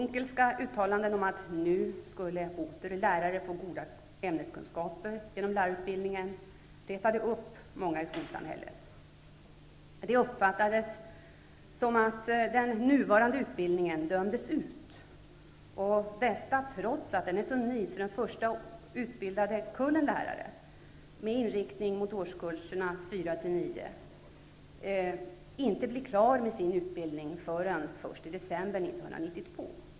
Unckelska uttalanden om att nu skulle åter lärare få goda ämneskunskaper genom lärarutbildningen retade upp många i skolsamhället. Det uppfattades så, att den nuvarande utbildningen dömdes ut, trots att den är så ny att den första kullen utbildade lärare med inriktning mot årskurserna 4--9 inte blir klar med sin utbildning förrän i december 1992.